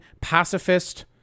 pacifist